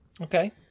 Okay